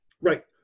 Right